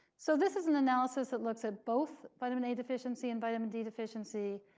so this is an analysis that looks at both vitamin a deficiency and vitamin d deficiency